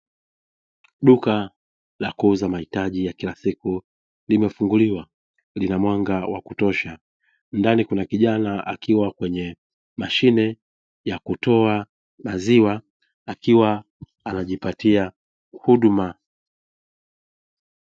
Duka la kuuza mahitaji ya kila siku limefunguliwa lina mwanga wa kutosha, ndani kuna kijana akiwa kwenye mashine ya kutoa maziwa akiwa anajipatia huduma.